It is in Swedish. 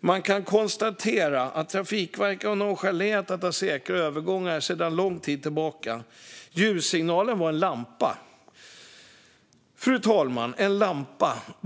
Man kan konstatera att Trafikverket under lång tid nonchalerat att ha säkra övergångar. Ljussignalen var en lampa, fru talman.